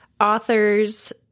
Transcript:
authors